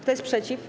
Kto jest przeciw?